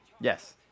Yes